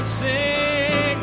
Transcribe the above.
sing